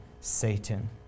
Satan